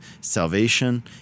salvation